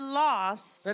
lost